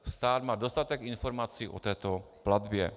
Stát má dostatek informací o této platbě.